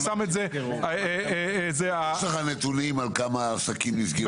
אני שם את זה -- ויש לך נתונים על כמה עסקים נסגרו?